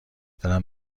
دلم